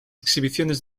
exhibiciones